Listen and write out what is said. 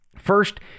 First